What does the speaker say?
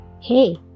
hey